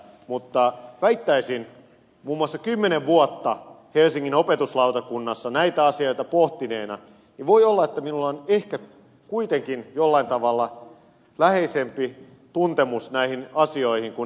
mutta väittäisin muun muassa kymmenen vuotta helsingin opetuslautakunnassa näitä asioita pohtineena että voi olla että minulla on ehkä kuitenkin jollain tavalla läheisempi tuntemus näihin asioihin kuin ed